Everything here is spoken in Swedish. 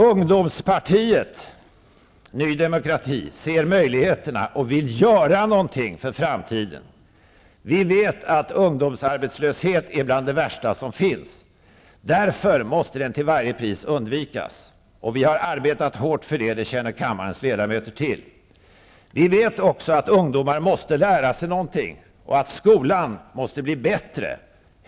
Ungdomspartiet Ny demokrati ser möjligheterna och vill göra något för framtiden. Vi vet att ungdomsarbetslöshet är bland det värsta som finns. Därför måste den till varje pris undvikas. Vi har arbetat hårt för det, och det känner kammarens ledamöter till. Vi vet också att ungdomar måste lära sig något och att skolan måste bli bättre.